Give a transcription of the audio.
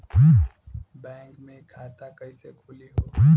Bank मे खाता कईसे खुली हो?